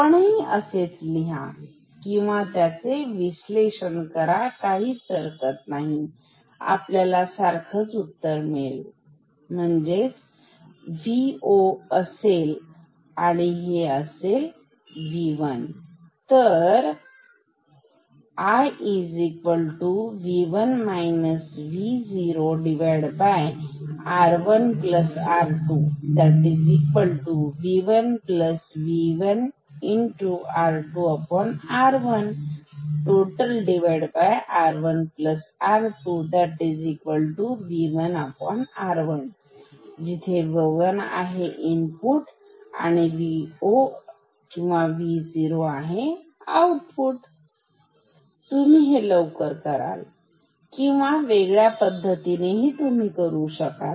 आपणही असेच लिहा किंवा त्याचे विश्लेषण करा काहीच हरकत नाही आपल्याला सारखेच उत्तर मिळेल म्हणजेच हा Vo असेल आणि हे असेल V1 तर I V1 V0R1R2 V1V1 R2R1R1R2 V1 R1 तुम्ही हे लवकर कराल किंवा वेगळ्या पद्धतीने ही लवकर करू शकाल